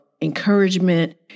Encouragement